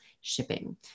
shipping